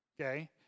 okay